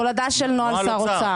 תולדה של נוהל שר אוצר.